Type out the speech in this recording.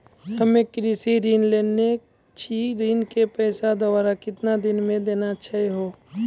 हम्मे कृषि ऋण लेने छी ऋण के पैसा दोबारा कितना दिन मे देना छै यो?